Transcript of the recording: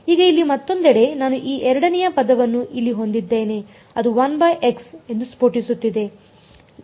ಈಗ ಇಲ್ಲಿ ಮತ್ತೊಂದೆಡೆ ನಾನು ಈ ಎರಡನೆಯ ಪದವನ್ನು ಇಲ್ಲಿ ಹೊಂದಿದ್ದೇನೆ ಅದು 1x ಎಂದು ಸ್ಫೋಟಿಸುತ್ತಿದೆ